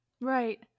Right